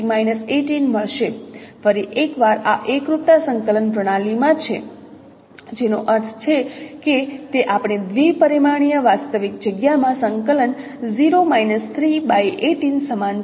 ફરી એકવાર આ એકરૂપતા સંકલન પ્રણાલી માં છે જેનો અર્થ છે કે તે આપણી દ્વિપરિમાણીય વાસ્તવિક જગ્યા માં સંકલન સમાન છે